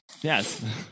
Yes